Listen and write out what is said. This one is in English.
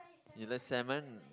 you like salmon